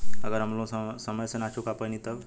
अगर हम लोन समय से ना चुका पैनी तब?